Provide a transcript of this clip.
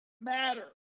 matter